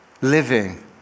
living